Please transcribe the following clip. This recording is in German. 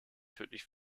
tödlich